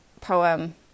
poem